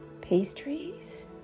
pastries